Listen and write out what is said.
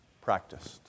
practiced